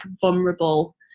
vulnerable